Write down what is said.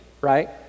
right